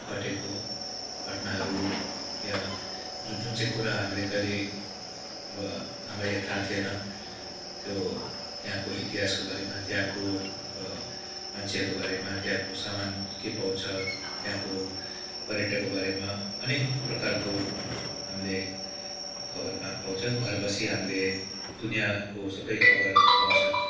घटेको घटनाहरू या जुन चाहिँ कुरा हामीले कहिल्यै अब हामीलाई थाहा थिएन त्यो त्यहाँको इतिहासको बारेमा त्यहाँको अब मान्छेहरूको बारेमा त्यहाँको सामान के पाउँछ त्यहाँको पर्यटकको बारेमा अनेक प्रकारको हामीले खबर थाहा पाउँछ घर बसी हामीले दुनियाँको सबै खबर पाउँछ